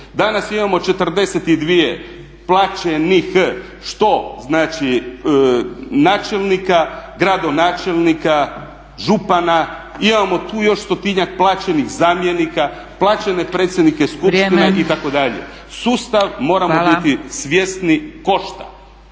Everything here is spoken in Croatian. Danas imamo 42 plaćenih što znači načelnika, gradonačelnika, župana, imamo tu još 100-njak plaćenih zamjenika, plaćene predsjednike skupština itd. Sustav moramo biti svjesni košta.